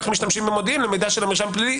איך משתמשים במודיעין למידע של המרשם הפלילי.